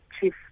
chief